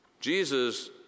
Jesus